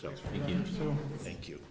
so thank you